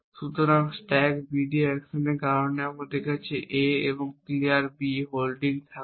সুতরাং stack BD অ্যাকশনের কারণে আমার কাছে A এবং ক্লিয়ার B হোল্ডিং থাকবে